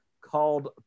called